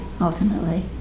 ultimately